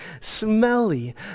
smelly